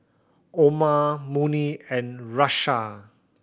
Omar Murni and Russia